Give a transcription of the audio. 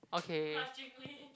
okay